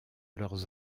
leurs